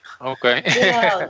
Okay